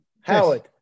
Howard